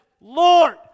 Lord